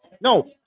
No